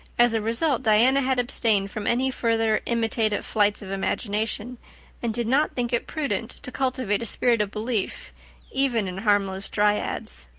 as a result diana had abstained from any further imitative flights of imagination and did not think it prudent to cultivate a spirit of belief even in harmless dryads.